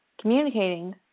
communicating